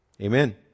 Amen